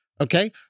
okay